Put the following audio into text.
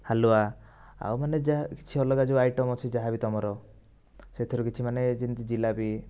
ହାଲୁଆ ଆଉ ମାନେ ଯାହା କିଛି ଅଲଗା ଯେଉଁ ଆଇଟମ୍ ଅଛି ଯାହାବି ଅଛି ତୁମର ସେଥିରୁ କିଛି ମାନେ ଯେମିତି ଜିଲାପି